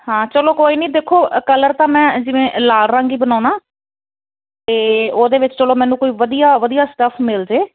ਹਾਂ ਚਲੋ ਕੋਈ ਨਹੀਂ ਦੇਖੋ ਕਲਰ ਤਾਂ ਮੈਂ ਜਿਵੇਂ ਲਾਲ ਰੰਗ ਹੀ ਬਨਾਉਣਾ ਤਾਂ ਉਹਦੇ ਵਿੱਚ ਚਲੋ ਮੈਨੂੰ ਕੋਈ ਵਧੀਆ ਵਧੀਆ ਸਟੱਫ ਮਿਲ ਜਾਏ